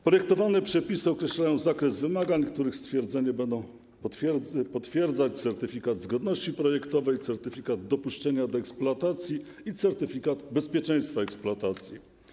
Projektowane przepisy określają zakres wymagań, których stwierdzenie będą potwierdzać certyfikat zgodności projektowej, certyfikat dopuszczenia do eksploatacji i certyfikat bezpieczeństwa eksploatacji.